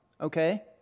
okay